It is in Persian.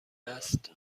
است